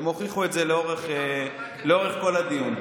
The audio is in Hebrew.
הם הוכיחו את זה לאורך כל הדיון.